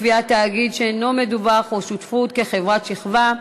קביעת תאגיד שאינו מדווח או שותפות כחברת שכבה),